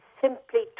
simply